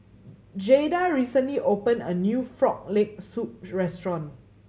Jaeda recently opened a new Frog Leg Soup restaurant